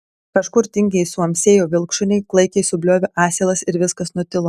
kažkur tingiai suamsėjo vilkšuniai klaikiai subliovė asilas ir viskas nutilo